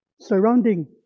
surrounding